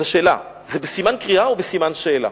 והשאלה היא האם זה בסימן קריאה או בסימן שאלה.